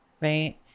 right